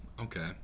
Okay